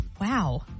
Wow